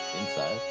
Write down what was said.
inside